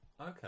Okay